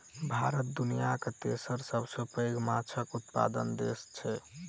भारत दुनियाक तेसर सबसे पैघ माछक उत्पादक देस छै